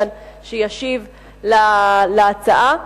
שישיב כאן להצעה.